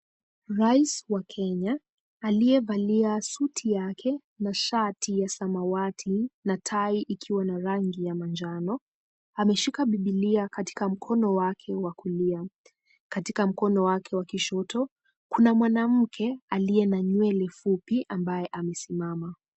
Rais wa Kenya, aliyevalia suti yake na shati ya samawati na tai ikiwa na rangi ya manjano. Ameshika bibilia katika mkono wake wa kulia. Katika mkono wake wa kishoto, kuna mwanamke aliye na nywele fupi ambaye amesimama.